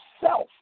self